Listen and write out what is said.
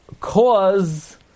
cause